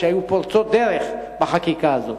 שהיו פורצות דרך בחקיקה הזאת.